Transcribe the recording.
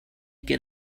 get